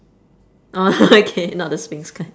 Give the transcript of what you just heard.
orh okay not the sphynx kind